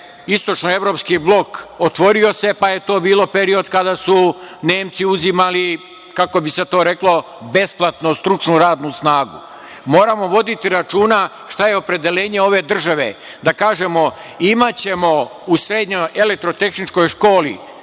istočno-evropski blok otvorio se pa je to bio period kada su Nemci uzimali, kako bi se to reklo, besplatnu stručnu radnu snagu. Moramo voditi računa šta je opredeljenje ove države. Da kažemo – imaćemo u srednjoj elektrotehničkoj školi